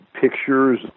pictures